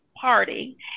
party